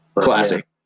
Classic